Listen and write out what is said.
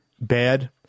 bad